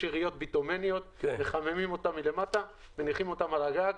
היום יש יריעות ביטומניות שמחממים אותן מלמטה ומניחים על הגג.